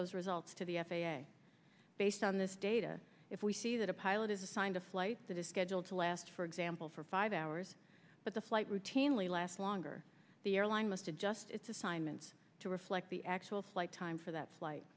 those results to the f a a based on this data if we see that a pilot is assigned a flight that is scheduled to last for example for five hours but the flight routinely lasts longer the airline must adjust its assignments to reflect the actual flight time for that flight